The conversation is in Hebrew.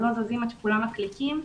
שלא זזים עד שכולם מקליקים,